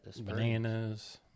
bananas